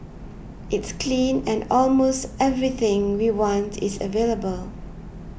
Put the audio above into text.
it's clean and almost everything we want is available